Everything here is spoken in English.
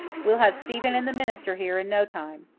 we'll have stephen and the minister here in no time.